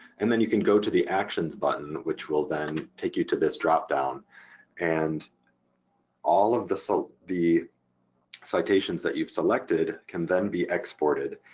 and then you can go to the actions button, which will then take you to this drop-down and all of the so the citations that you've selected can then be exported.